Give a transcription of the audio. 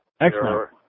Excellent